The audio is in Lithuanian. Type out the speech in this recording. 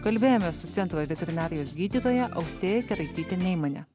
kalbėjome su centro veterinarijos gydytoja austėja keraityte neimane